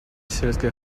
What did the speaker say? сельское